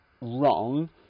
wrong